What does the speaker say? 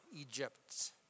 Egypt